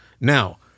Now